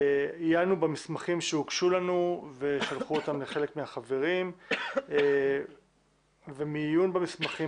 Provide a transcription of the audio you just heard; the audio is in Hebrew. עיינו במסמכים שהוגשו לנו ושלחו אותם לחלק מהחברים ומעיון במסמכים